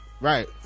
Right